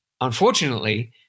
Unfortunately